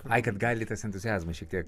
ai kad gali tas entuziazmas šiek tiek